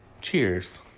cheers